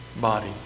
body